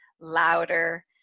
louder